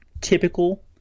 typical